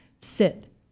sit